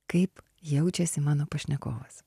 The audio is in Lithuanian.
kaip jaučiasi mano pašnekovas